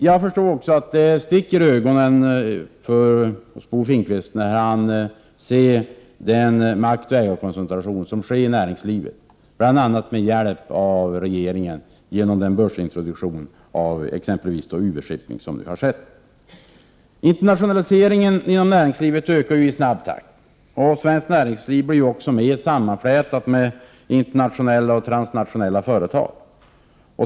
Jag förstår att det sticker i ögonen hos Bo Finnkvist när han ser den maktkoncentration som sker i näringslivet, bl.a. med hjälp av regeringen genom börsintroduktion av UV-Shipping. Internationaliseringen inom näringslivet ökar i snabb takt. Svenskt näringsliv blir mer och mer sammanflätat med internationella företag.